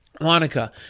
Monica